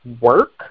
work